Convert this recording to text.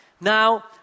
Now